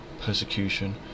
persecution